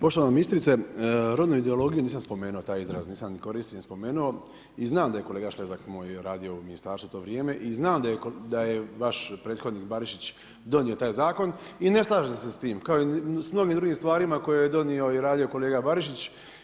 Poštovana ministrice, rodnu ideologiju nisam spomenuo taj izraz, nisam ni koristio, ni spomenuo i znam da je kolega Šlezak moj radio u ministarstvu u to vrijeme i znam da je vaš prethodnik Barišić donio taj zakon i ne slažem se s tim, kao i s mnogim drugim stvarima koje je donio i radio kolega Barišić.